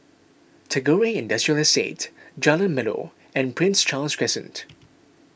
Tagore Industrial Estate Jalan Melor and Prince Charles Crescent